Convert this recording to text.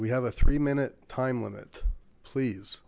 we have a three minute time limit please